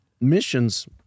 missions